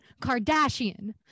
Kardashian